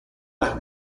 las